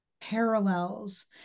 parallels